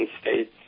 states